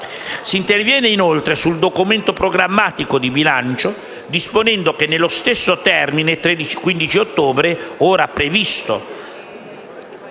Si interviene inoltre sul Documento programmatico di bilancio, disponendo che nello stesso termine (15 ottobre), ora previsto